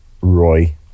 Roy